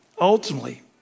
ultimately